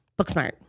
Booksmart